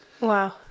Wow